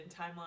timeline